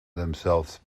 themselves